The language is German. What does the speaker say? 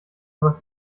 aber